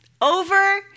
over